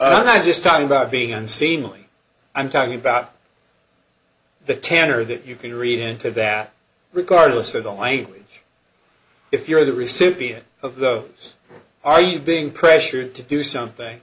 i'm just talking about being unseemly i'm talking about the tanner that you can read into that regardless of the language if you're the recipient of those are you being pressured to do something